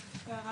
רק הערה